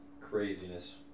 craziness